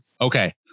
Okay